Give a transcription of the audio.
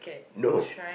no